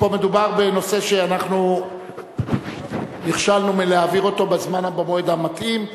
פה מדובר בנושא שאנחנו נכשלנו מלהעביר אותו במועד המתאים,